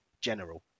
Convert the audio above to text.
General